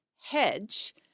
hedge